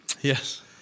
Yes